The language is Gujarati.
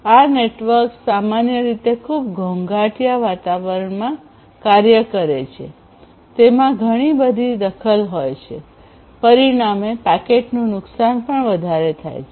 આ નેટવર્ક્સ સામાન્ય રીતે ખૂબ ઘોંઘાટીયા વાતાવરણમાં કાર્ય કરે છે તેમાં ઘણી બધી દખલ થાય છે પરિણામે પેકેટનું નુકસાન પણ વધારે થાય છે